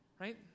Right